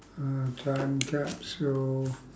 uh time capsule